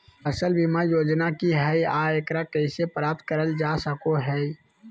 फसल बीमा योजना की हय आ एकरा कैसे प्राप्त करल जा सकों हय?